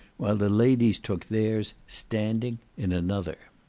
while the ladies took theirs, standing, in another.